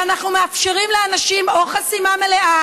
שאנחנו מאפשרים לאנשים או חסימה מלאה